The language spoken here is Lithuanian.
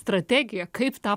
strategiją kaip tą